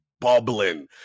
bubbling